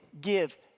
give